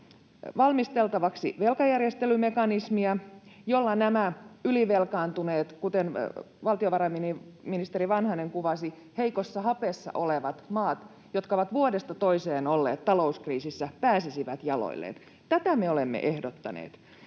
valmisteltavaksi velkajärjestelymekanismia, jolla nämä ylivelkaantuneet — kuten valtiovarainministeri Vanhanen kuvasi: heikossa hapessa olevat — maat, jotka ovat vuodesta toiseen olleet talouskriisissä, pääsisivät jaloilleen. Tätä me olemme ehdottaneet,